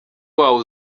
wawe